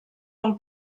del